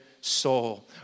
soul